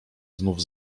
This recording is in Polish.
znów